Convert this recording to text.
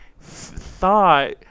thought